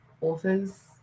authors